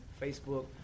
Facebook